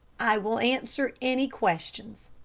i will answer any questions,